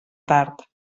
tard